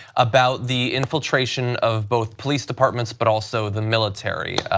about the infiltration of both police departments but also the military,